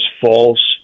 false